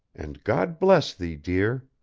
and god bless thee, dear!